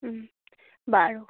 বাৰু